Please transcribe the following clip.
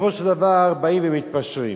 ובסופו של דבר באים ומתפשרים.